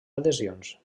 adhesions